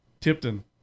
Tipton